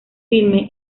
filme